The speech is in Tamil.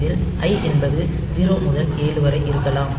இதில் i என்பது 0 முதல் 7 வரை இருக்கலாம்